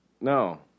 No